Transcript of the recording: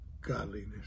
godliness